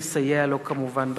נסייע לו כמובן בכך.